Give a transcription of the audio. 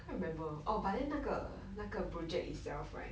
can't remember oh but then 那个那个 project itself right